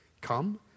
come